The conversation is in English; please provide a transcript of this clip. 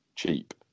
cheap